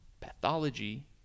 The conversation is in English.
pathology